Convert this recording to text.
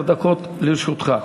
עשר דקות לרשותך.